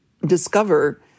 discover